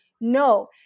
No